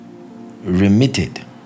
remitted